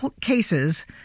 cases